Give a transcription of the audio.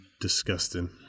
disgusting